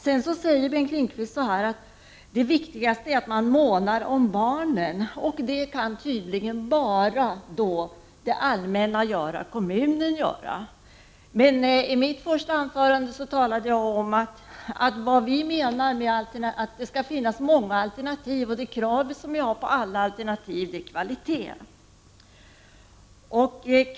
Bengt Lindqvist säger att det viktigaste är att man månar om barnen. Det kan tydligen bara kommunen, det allmänna, göra. I mitt första anförande betonade jag att det skall finnas många alternativ, och vi ställer vissa kvalitetskrav på dessa alternativ.